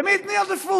למי ייתנו עדיפות?